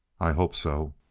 i hope so.